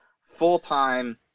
full-time